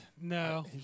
No